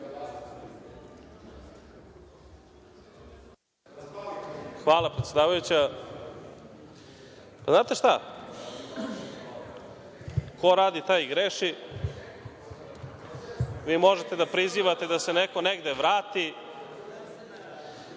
Hvala predsedavajuća. Znate šta, ko radi taj i greši. Vi možete da prizivate da se neko negde vrati,